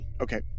Okay